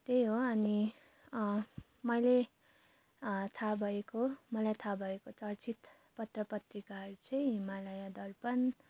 त्यही हो अनि मैले थाहा भएको मलाई थाहा भएको चर्चित पत्र पत्रिकाहरू चाहिँ हिमालय दर्पण